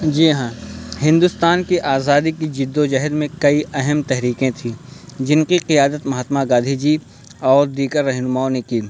جی ہاں ہندوستان کی آزادی کی جد و جہد میں کئی اہم تحریکیں تھیں جن کی قیادت مہاتما گاندھی جی اور دیگر رہنماؤں نے کی